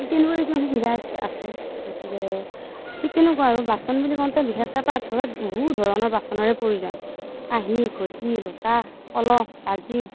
ঠিক তেনেকুৱা কিছুমান সুবিধা আছে আছে গতিকে ঠিক তেনেকুৱা আৰু বাচন বুলি কওঁতে বিশেষকৈ পাকঘৰত বহু ধৰণৰ বাচনৰে প্ৰয়োজন কাঁহি ঘটি লোটা কলহ বাল্টি